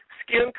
Skin